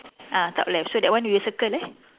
ah top left so that one we will circle eh